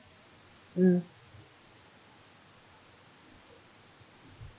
mm